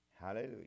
Hallelujah